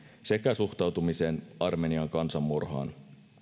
sekä suhtautumiseen armenian kansanmurhaan